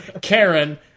Karen